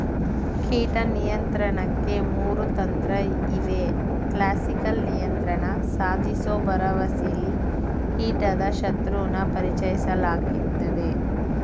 ಕೀಟ ನಿಯಂತ್ರಣಕ್ಕೆ ಮೂರು ತಂತ್ರಇವೆ ಕ್ಲಾಸಿಕಲ್ ನಿಯಂತ್ರಣ ಸಾಧಿಸೋ ಭರವಸೆಲಿ ಕೀಟದ ಶತ್ರುನ ಪರಿಚಯಿಸಲಾಗ್ತದೆ